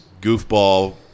goofball